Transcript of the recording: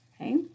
Okay